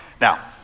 Now